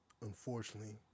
unfortunately